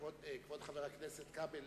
כבוד חבר הכנסת כבל,